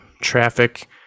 traffic